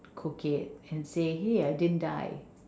cook it and say !hey! I didn't die